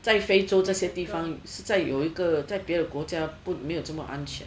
在非洲这些地方实在有一个在别的国家没有那么安全